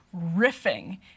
riffing